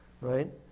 right